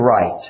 right